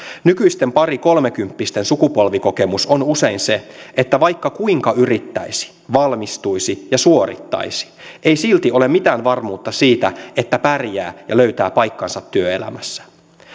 nykyisten pari kolmekymppisten sukupolvikokemus on usein se että vaikka kuinka yrittäisi valmistuisi ja suorittaisi ei silti ole mitään varmuutta siitä että pärjää ja löytää paikkansa työelämässä